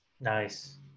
Nice